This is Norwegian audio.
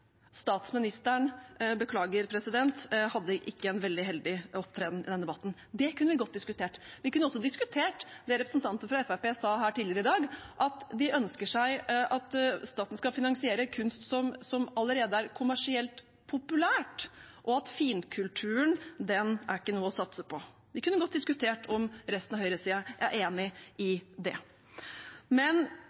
Statsministeren – jeg beklager – hadde ikke en veldig heldig opptreden i den debatten. Det kunne vi godt diskutert. Vi kunne også diskutert det representanter fra Fremskrittspartiet sa her tidligere i dag, om at de ønsker seg at staten skal finansiere kunst som allerede er kommersielt populær, og at finkulturen ikke er noe å satse på. Vi kunne godt diskutert om resten av høyresiden er enig i det. Men